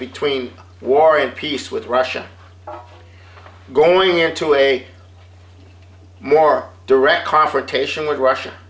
between war and peace with russia going into a more direct confrontation with russia